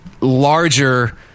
larger